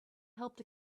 helped